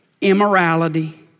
immorality